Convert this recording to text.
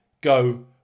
go